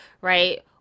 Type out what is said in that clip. right